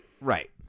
Right